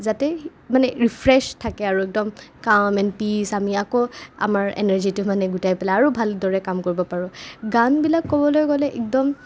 যাতে মানে ৰিফ্ৰেচ থাকে আৰু একদম কাম এণ্ড পীচ আমি আকৌ আমাৰ এনাৰ্জীটো মানে গোটাই পেলাই আৰু ভালদৰে কাম কৰিব পাৰোঁ গানবিলাক ক'বলৈ গ'লে একদম